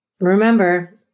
Remember